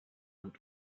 und